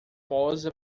posa